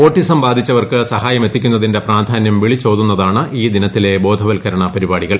autism ബാധിച്ചവർക്ക് സഹായം എത്തിക്കുന്നതിന്റെ പ്രാധാനൃം വിളിച്ചോതുന്നതാണ് ഈ ദിനത്തിലെ ബോധവത്ക്കരണ പരിപാടികൾ